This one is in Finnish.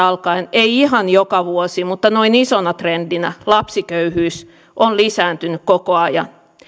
alkaen ei ihan joka vuosi mutta noin isona trendinä lapsiköyhyys on lisääntynyt koko ajan